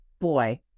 Boy